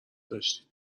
داشتید